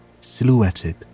silhouetted